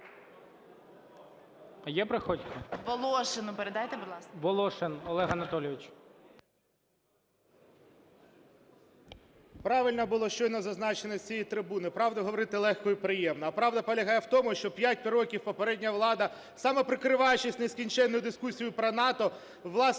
Волошин Олег Анатолійович.